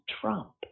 Trump